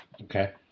Okay